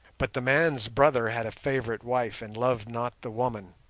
but the man's brother had a favourite wife and loved not the woman,